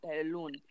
alone